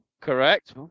Correct